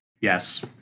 yes